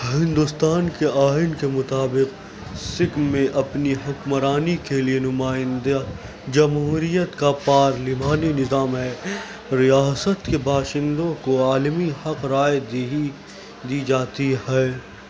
ہندوستان کے آئین کے مطابق سکم میں اپنی حکمرانی کے لیے نمائندہ جمہوریت کا پارلیمانی نظام ہے ریاست کے باشندوں کو عالمی حق رائے دہی دی جاتی ہے